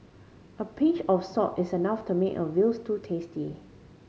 a pinch of salt is enough to make a veal stew tasty